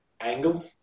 angle